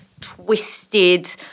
twisted